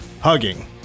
hugging